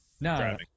No